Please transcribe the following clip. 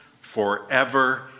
forever